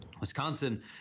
Wisconsin